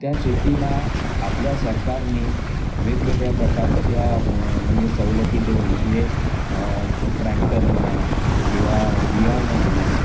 त्या शेतीला आपल्या सरकारने वेगवेगळ्या प्रकारच्या म्हणजे सवलती देऊन म्हणजे ट्रॅक्टर म्हणा किंवा बियाणं म्हणा